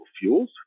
fuels